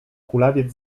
kulawiec